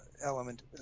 element